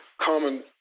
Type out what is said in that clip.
common